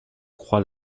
croix